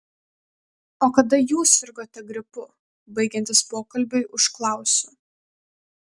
o kada jūs sirgote gripu baigiantis pokalbiui užklausiu